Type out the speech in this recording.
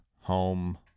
Home